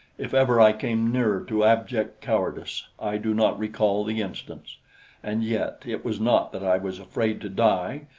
if ever i came nearer to abject cowardice, i do not recall the instance and yet it was not that i was afraid to die,